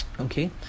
okay